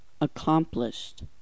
Accomplished